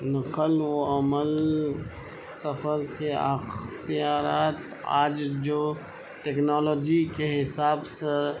نقل و عمل سفر کے اختیارات آج جو ٹیکنالوجی کے حساب سے